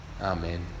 Amen